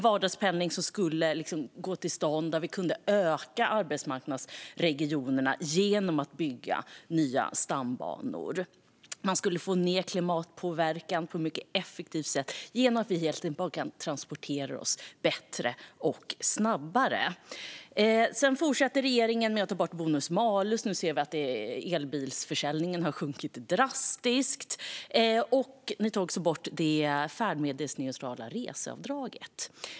Vi skulle kunna få ökad vardagspendling och större arbetsmarknadsregioner genom byggandet av nya stambanor och även få ned klimatpåverkan på ett mycket effektivt sätt genom bättre och snabbare transporter. Regeringen har tagit bort bonus malus, vilket har fått elbilsförsäljningen att sjunka drastiskt. Man har även tagit bort det färdmedelsneutrala reseavdraget.